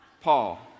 Paul